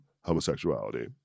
homosexuality